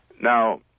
Now